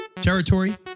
Territory